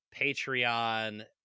Patreon